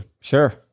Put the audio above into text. Sure